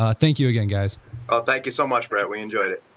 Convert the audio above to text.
ah thank you again guys ah thank you so much brett, we enjoyed it